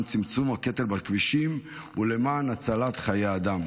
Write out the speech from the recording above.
צמצום הקטל בכבישים ולמען הצלת חיי אדם.